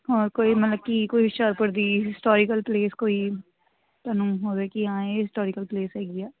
ਹਾਂ ਕੋਈ ਮਤਲਬ ਕਿ ਕੋਈ ਹੁਸ਼ਿਆਰਪੁਰ ਦੀ ਹਿਸਟੋਰੀਕਲ ਪਲੇਸ ਕੋਈ ਤੁਹਾਨੂੰ ਹੋਵੇ ਕਿ ਹਾਂ ਇਹ ਹਿਸਟੋਰੀਕਲ ਪਲੇਸ ਹੈਗੀ ਆ